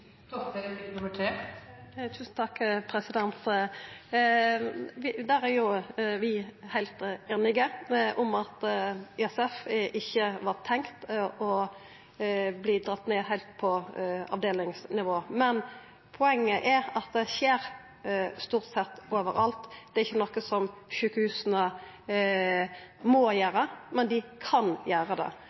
Vi er heilt einige om at ISF ikkje var tenkt å verta tatt heilt ned på avdelingsnivå, men poenget er at det skjer stort sett overalt. Det er ikkje noko som sjukehusa må gjera, men dei kan gjera det.